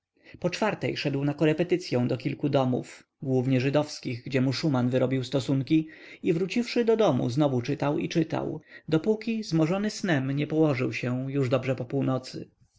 po czwartej szedł na korepetycyą do kilku domów głównie żydowskich gdzie mu szuman wyrobił stosunki i wróciwszy do domu znowu czytał i czytał dopóki zmorzony snem nie położył się już dobrze po północy